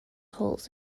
holes